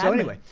so anyway,